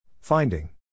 Finding